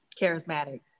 charismatic